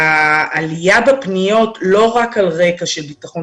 העלייה בפניות ולא רק על רקע של ביטחון